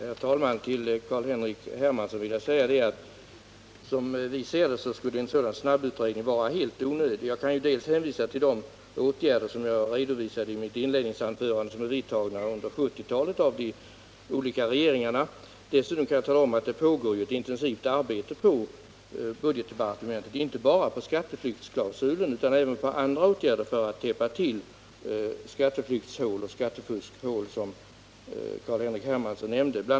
Herr talman! Till Carl-Henrik Hermansson vill jag säga att som vi ser det skulle en sådan snabbutredning vara helt onödig. Jag kan dels hänvisa till de åtgärder som jag pekade på i mitt inledningsanförande och som är vidtagna under 1970-talet av de olika regeringarna, dels tala om att det pågår ett intensivt arbete på budgetdepartementet, inte bara i fråga om skatteflyktsklausul utan även i fråga om andra åtgärder för att täppa till skatteflyktsoch skattefuskhål, som Carl-Henrik Hermansson nämnde. Bl.